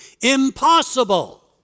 impossible